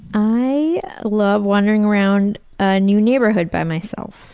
i love wandering around a new neighborhood by myself.